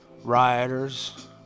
rioters